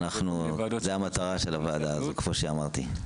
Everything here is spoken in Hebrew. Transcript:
זו המטרה של הוועדה הזו, כפי שאמרתי.